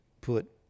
put